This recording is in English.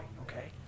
okay